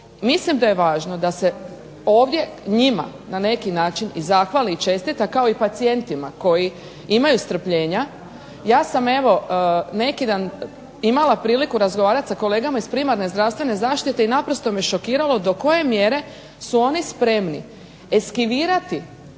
Mislim da je potrebno da se njima na neki način zahvali i čestita kao i pacijentima koji imaju strpljenja. Ja sam neki dan imala priliku razgovarati sa kolegama iz primarne zdravstvene zaštite i zapravo me šokiralo do koje mjere su oni spremni eskivirati